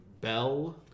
Bell